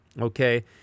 okay